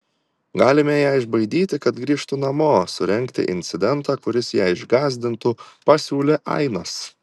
galime ją išbaidyti kad grįžtų namo surengti incidentą kuris ją išgąsdintų pasiūlė ainas